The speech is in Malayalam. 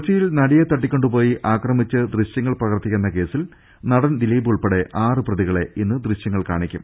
കൊച്ചിയിൽ നടിയെ തട്ടിക്കൊണ്ടുപോയി ആക്രമിച്ച് ദൃശ്യങ്ങൾ പകർത്തിയെന്ന് കേസിൽ നടൻ ദിലീപ് ഉൾപ്പെടെ ആറ് പ്രതികളെ ഇന്ന് ദൃശ്യങ്ങൾ കാണിക്കും